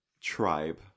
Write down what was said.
tribe